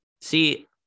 See